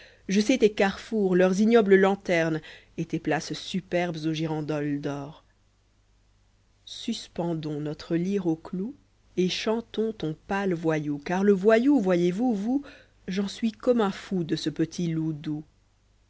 je sais tes carrefours leurs ignobles lanternes et tes places superbes aux girandoles d'or suspendons noire lyre au clou et chantons ton pâle voyou car lé voyou voyez-vous vous j'en suis comme un foui de ce petit loup doux